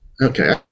Okay